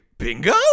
Bingo